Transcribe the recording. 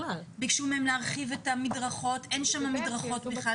ביקשו מהם להרחיב את המדרכות, אין שם מדרכות בכלל.